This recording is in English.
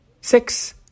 six